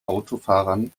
autofahrern